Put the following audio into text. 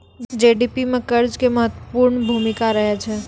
GDP मे कर्जा के महत्वपूर्ण भूमिका रहै छै